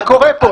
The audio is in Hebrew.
מה קורה פה?